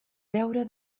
deure